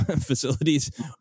facilities